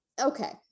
Okay